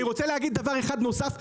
אני רוצה להגיד דבר אחד נוסף,